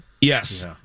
Yes